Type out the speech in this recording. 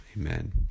Amen